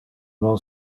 non